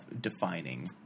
defining